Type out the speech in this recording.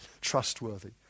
trustworthy